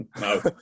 No